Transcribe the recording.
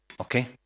Okay